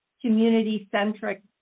community-centric